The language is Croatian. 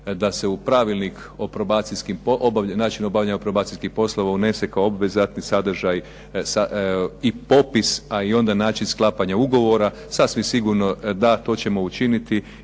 o probacijskim, načinu obavljanja probacijskih poslova, unese kao obvezatni sadržaj i popis, a i onda način sklapanja ugovora, sasvim sigurno da to ćemo učiniti